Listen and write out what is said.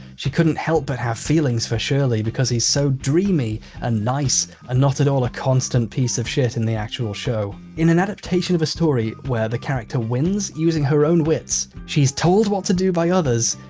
she couldn't help but have feelings for shirley because he's so dreamy and nice and not at all a constant piece of shit in the actual show. in an adaptation of a story where the character wins using her own wits she's told what to do by others,